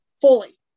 fully